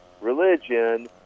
religion